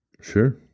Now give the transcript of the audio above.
Sure